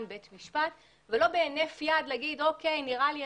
בית משפט ולא בהינף יד לומר שנראה לי,